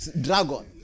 dragon